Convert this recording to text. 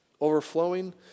Overflowing